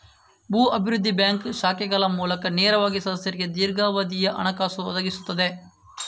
ಭೂ ಅಭಿವೃದ್ಧಿ ಬ್ಯಾಂಕ್ ಶಾಖೆಗಳ ಮೂಲಕ ನೇರವಾಗಿ ಸದಸ್ಯರಿಗೆ ದೀರ್ಘಾವಧಿಯ ಹಣಕಾಸು ಒದಗಿಸುತ್ತದೆ